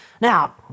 Now